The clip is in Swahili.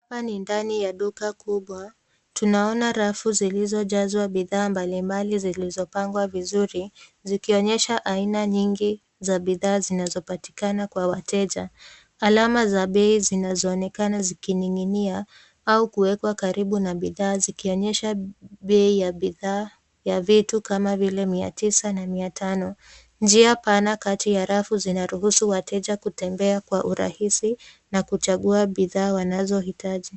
Hapa ni ndani ya duka kubwa. Tunaona rafu zilizojazwa bidhaa mbalimbali zilizopangwa vizuri zikionyesha aina nyingi za bidhaa zinazopatikana kwa wateja. Alama za bei zinazoonekana zikining'inia au kuwekwa karibu na bidhaa zikionyesha bei ya bidhaa ya vitu kama vile mia tisa na mia tano. Njia pana katika ya rafu zinaruhusu wateja kutembea kwa urahisi na kuchagua bidhaa wanazohitaji.